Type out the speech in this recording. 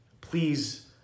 Please